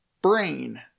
Brain